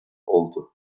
oldu